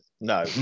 No